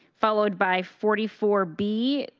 followed by forty four b,